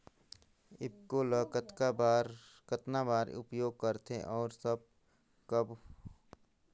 ईफको ल कतना बर उपयोग करथे और कब कब?